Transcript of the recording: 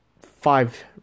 five